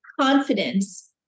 confidence